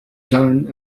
zone